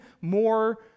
more